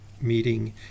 meeting